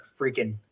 freaking